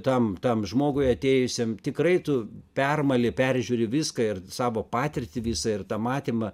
tam tam žmogui atėjusiam tikrai tu permali peržiūri viską ir savo patirtį visą ir tą matymą